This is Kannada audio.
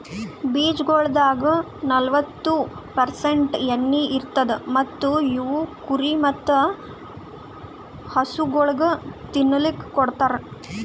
ಬೀಜಗೊಳ್ದಾಗ್ ನಲ್ವತ್ತು ಪರ್ಸೆಂಟ್ ಎಣ್ಣಿ ಇರತ್ತುದ್ ಮತ್ತ ಇವು ಕುರಿ ಮತ್ತ ಹಸುಗೊಳಿಗ್ ತಿನ್ನಲುಕ್ ಕೊಡ್ತಾರ್